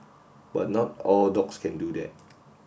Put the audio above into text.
but not all dogs can do that